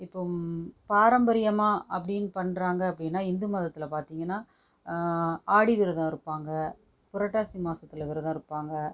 இப்போ பாரம்பரியமாக அப்படினு பண்ணுறாங்க அப்படின்னா இந்து மதத்துல பார்த்திங்கன்னா ஆடி விரதம் இருப்பாங்க புரட்டாசி மாசத்தில் விரதம் இருப்பாங்க